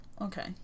Okay